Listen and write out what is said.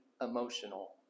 emotional